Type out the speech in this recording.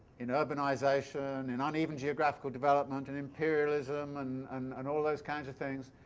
in urbanisation, in uneven geographical development, and imperialism and and and all those kinds of things,